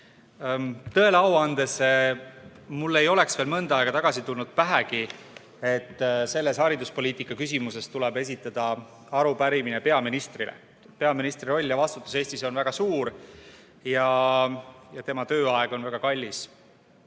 Tõele au andes mul ei tulnud veel mõnda aega tagasi pähegi, et selles hariduspoliitika küsimuses tuleb esitada arupärimine peaministrile. Peaministri roll ja vastutus Eestis on väga suur ja tema tööaeg on väga kallis.